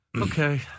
Okay